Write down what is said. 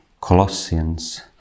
Colossians